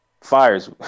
fires